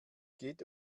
geht